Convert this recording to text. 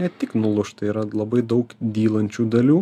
ne tik nulūž tai yra labai daug dylančių dalių